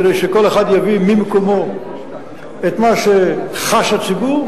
כדי שכל אחד יביא ממקומו את מה שחש הציבור,